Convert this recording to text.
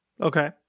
Okay